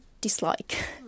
dislike